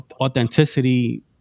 authenticity